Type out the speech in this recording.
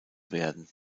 werden